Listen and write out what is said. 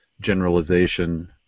generalization